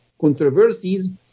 controversies